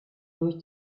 durch